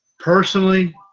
Personally